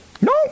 no